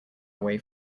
away